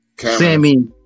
sammy